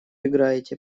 играете